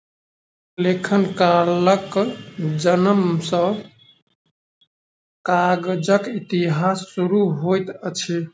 लेखन कलाक जनम सॅ कागजक इतिहास शुरू होइत अछि